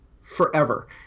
forever